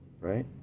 right